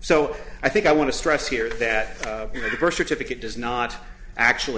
so i think i want to stress here that the birth certificate does not actually